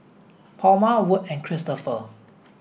Palma Wirt and Christoper